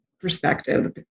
perspective